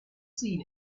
seen